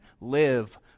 live